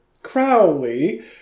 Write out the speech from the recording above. Crowley